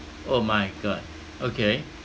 oh my god okay